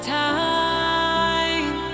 time